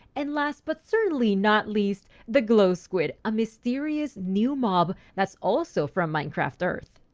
and last but certainly not least, the glow squid, a mysterious new mob that's also from minecraft earth.